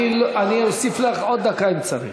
אני אוסיף לך עוד דקה אם צריך.